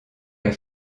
est